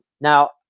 Now